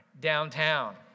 downtown